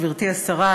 גברתי השרה,